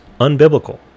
unbiblical